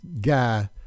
guy